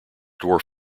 dwarf